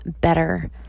better